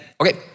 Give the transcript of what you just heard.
Okay